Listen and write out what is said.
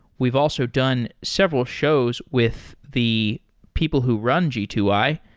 we've also done several shows with the people who run g two i,